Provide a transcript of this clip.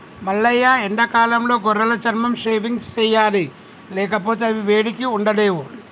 మల్లయ్య ఎండాకాలంలో గొర్రెల చర్మం షేవింగ్ సెయ్యాలి లేకపోతే అవి వేడికి ఉండలేవు